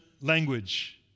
language